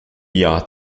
jahr